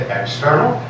external